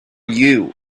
you